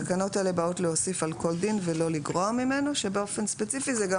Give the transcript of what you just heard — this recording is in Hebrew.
תקנות אלה באות להוסיף על כל דין ולא לגרוע ממנו." באופן ספציפי זה גם